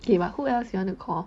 okay but who else you want to call